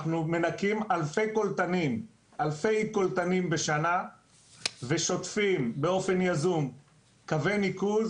אנחנו מנקים אלפי קולטנים בשנה ושוטפים באופן יזום קווי ניקוז,